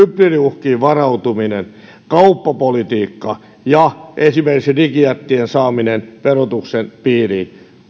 hybridiuhkiin varautuminen kauppapolitiikka ja esimerkiksi digijättien saaminen verotuksen piiriin